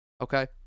Okay